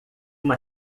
uma